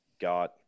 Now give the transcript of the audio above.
got